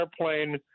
Airplane